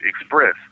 express